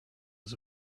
was